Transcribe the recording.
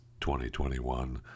2021